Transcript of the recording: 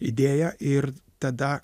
idėją ir tada